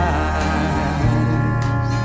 eyes